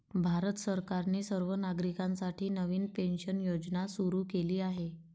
भारत सरकारने सर्व नागरिकांसाठी नवीन पेन्शन योजना सुरू केली आहे